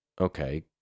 okay